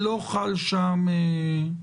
לא חל שם --- נכון.